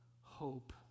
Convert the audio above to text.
hope